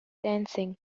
dancing